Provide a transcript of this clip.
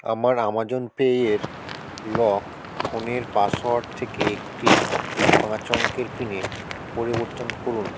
আমার Amazon pay এর lock ফোনের পাসওয়ার্ড থেকে একটি পাঁচ অঙ্কের পিনে পরিবর্তন করুন